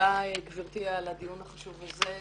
תודה גבירתי על הדיון החשוב הזה.